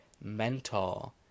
mentor